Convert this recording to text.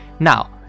Now